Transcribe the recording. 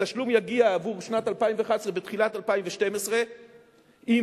התשלום עבור שנת 2011 יגיע בתחילת 2012. אם